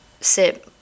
sit